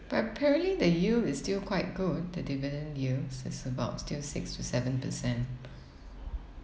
but apparently the yield is still quite good the dividend yields is about still six to seven percent